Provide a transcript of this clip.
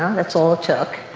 that's all it took.